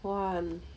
!wah!